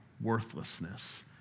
worthlessness